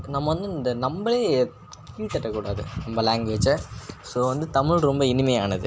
நம்ம வந்து இந்த நம்மளே கீழ் தட்டக்கூடாது நம்ம லேங்குவேஜை ஸோ வந்து தமிழ் ரொம்ப இனிமையானது